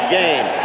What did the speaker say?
game